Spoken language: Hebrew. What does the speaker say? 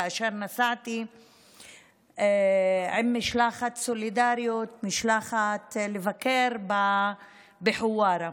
כאשר נסעתי עם משלחת סולידריות לבקר בחווארה